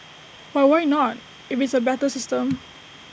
but why not if it's A better system